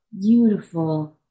beautiful